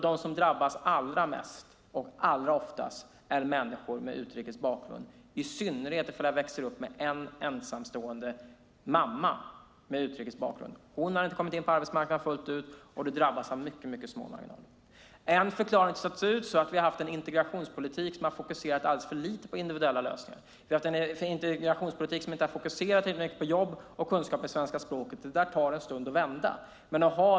De som drabbas allra mest och allra oftast är människor med utrikes bakgrund, i synnerhet barn som växer upp med en ensamstående mamma med utrikes bakgrund. Hon har inte kommit ut på arbetsmarknaden fullt ut och drabbas av mycket små marginaler. En förklaring till att det ser ut så är att vi har haft en integrationspolitik som alldeles för lite har fokuserat på individuella lösningar. Vi har haft en integrationspolitik som inte tillräckligt fokuserat på jobb och kunskap i svenska språket. Det tar en stund att vända på det.